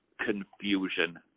confusion